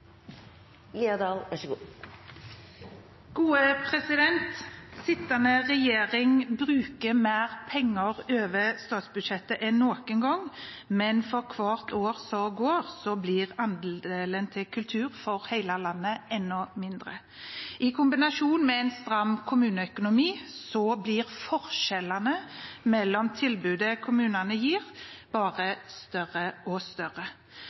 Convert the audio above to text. Sittende regjering bruker mer penger over statsbudsjettet enn noen gang, men for hvert år som går, blir andelen til kultur for hele landet mindre. I kombinasjon med en stram kommuneøkonomi blir forskjellen mellom tilbudene kommunene gir, bare større og større.